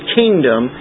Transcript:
kingdom